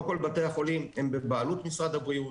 לא כל בתי החולים הם בבעלות משרד הבריאות.